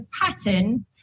pattern